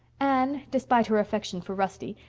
anne, despite her affection for rusty,